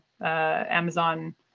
Amazon